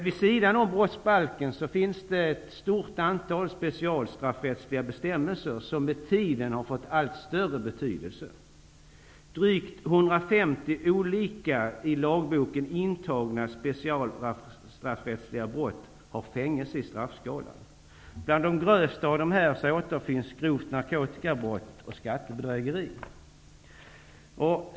Vid sidan av brottsbalken finns ett stort antal specialstraffrättsliga bestämmelser, som med tiden har fått allt större betydelse. Drygt 150 olika, i lagboken intagna specialstraffrättsliga brott har fängelse i straffskalan. Bland de grövsta av dessa återfinns grovt narkotikabrott och skattebedrägeri.